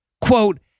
quote